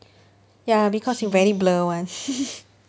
ya because you very blur [one]